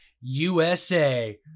usa